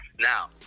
Now